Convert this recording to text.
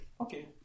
Okay